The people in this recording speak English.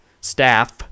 staff